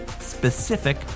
specific